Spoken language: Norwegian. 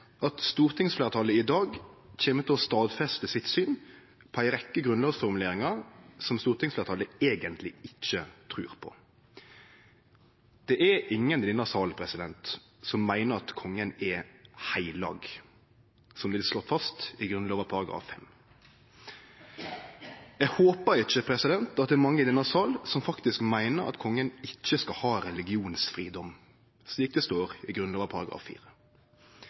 at stortingsfleirtalet i dag kjem til å stadfeste sitt syn på ei rekkje grunnlovsformuleringar som stortingsfleirtalet eigentleg ikkje trur på. Det er ingen i denne salen som meiner at kongen er heilag, slik det blir slått fast i Grunnlova § 5. Eg håpar ikkje at det er mange i denne salen som faktisk meiner at kongen ikkje skal ha religionsfridom, slik det står i